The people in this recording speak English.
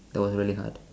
don't really have